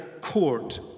court